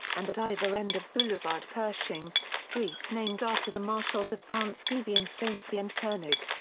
and at either end of boulevard pershing, streets named after the marshals of france gouvion saint-cyr and koenig.